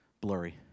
blurry